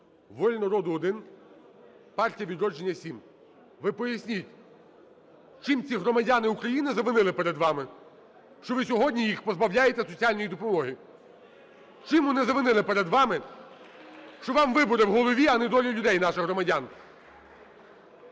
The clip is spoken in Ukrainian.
"Воля народу" – 1, "Партія "Відродження" – 7. Ви поясніть, чим ці громадяни України завинили перед вами, що ви сьогодні їх позбавляєте соціальної допомоги? Чим вони завинили перед вами, що вам вибори в голові, а не доля людей наших громадян?